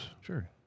Sure